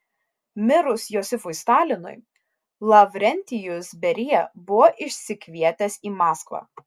mirus josifui stalinui lavrentijus berija buvo išsikvietęs į maskvą